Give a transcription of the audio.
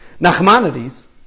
Nachmanides